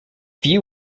few